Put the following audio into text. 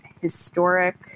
historic